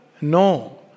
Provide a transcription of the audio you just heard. No